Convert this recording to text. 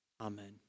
Amen